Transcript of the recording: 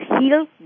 Heal